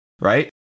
right